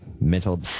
mental